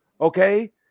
Okay